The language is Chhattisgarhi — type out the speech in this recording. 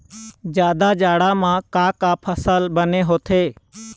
जादा जाड़ा म का का फसल बने होथे?